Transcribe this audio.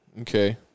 Okay